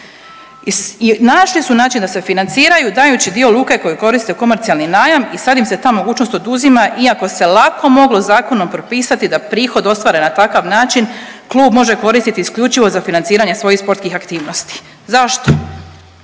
I našli su način da se financiraju dajući dio luke koji koriste komercijalni najam i sad im se ta mogućnost oduzima iako se lako moglo zakonom propisati da prihod ostvaren na takav način klub može koristiti isključivo za financiranje svojih sportskih aktivnosti. Zašto?